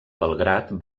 belgrad